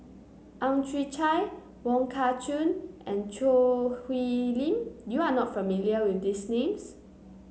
Ang Chwee Chai Wong Kah Chun and Choo Hwee Lim you are not familiar with these names